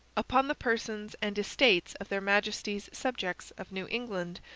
upon the persons and estates of their majesties' subjects of new england,